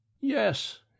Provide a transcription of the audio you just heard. Yes